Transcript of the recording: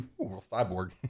Cyborg